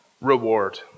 reward